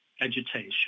agitation